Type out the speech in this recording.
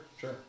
sure